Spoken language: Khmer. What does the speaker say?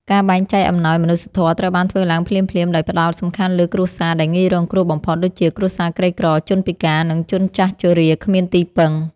ការបែងចែកអំណោយមនុស្សធម៌ត្រូវបានធ្វើឡើងភ្លាមៗ ដោយផ្ដោតសំខាន់លើគ្រួសារដែលងាយរងគ្រោះបំផុត ដូចជាគ្រួសារក្រីក្រ ជនពិការ និងជនចាស់ជរាគ្មានទីពឹង។